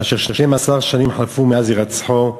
אשר 12 שנים חלפו מאז הירצחו